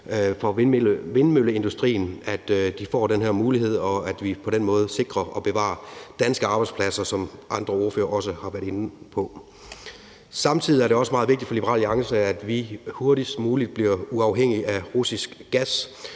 for vindmølleindustrien, at de får den her mulighed, og at vi på den måde sikrer og bevarer danske arbejdspladser, som andre ordførere også har været inde på. Samtidig er det også meget vigtigt for Liberal Alliance, at vi hurtigst muligt bliver uafhængige af russisk gas